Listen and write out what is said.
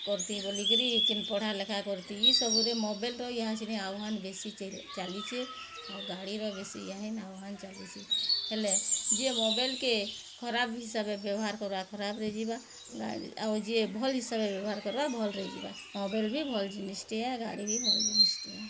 କର୍ତି ବୋଲିକରି କେନ୍ ପଢ଼ା ଲେଖା କର୍ତି ଇ ସବୁରେ ମୋବାଇଲ୍ର ଇହାଚେନେ ଆହ୍ୱାନ୍ ବେଶି ଚାଲିଛେ ଆଉ ଗାଡ଼ିର ବେଶୀ ଇହାନ୍ ଆହ୍ୱାନ୍ ଚାଲିଛେ ହେଲେ ଯିଏ ମୋବାଇଲ୍ କେ ଖରାପ୍ ହିସାବେ ବ୍ୟବହାର୍ କର୍ବା ଖରପ୍ରେ ଯିବା ଆଉ ଯିଏ ଭଲ୍ ହିସାବ୍ରେ ବ୍ୟବହାର୍ କର୍ବା ଭଲ୍ ରେ ଯିବା ମୋବାଇଲ୍ ବି ଭଲ୍ ଜିନିଷ୍ ଟିଏ ଗାଡ଼ି ବି ଭଲ୍ ଜିନିଷ୍ ଟିଏଁ